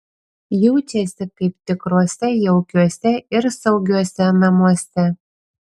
jaučiasi kaip tikruose jaukiuose ir saugiuose namuose